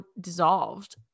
dissolved